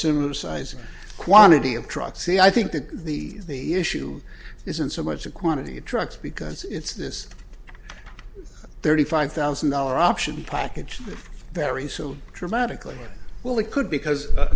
similar size quantity of truck c i think that the the issue isn't so much the quantity of trucks because it's this thirty five thousand dollar option package that vary so dramatically well it could because